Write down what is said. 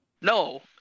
No